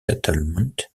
settlement